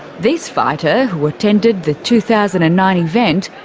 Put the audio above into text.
this fighter, who attended the two thousand and nine event,